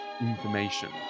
information